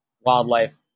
wildlife